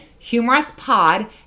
humorouspod